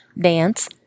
dance